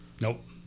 Nope